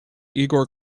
igor